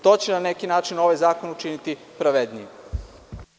To će na neki način ovaj zakon učiniti pravednijim.